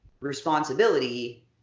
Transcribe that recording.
responsibility